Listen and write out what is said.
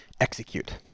execute